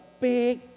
big